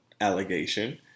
allegation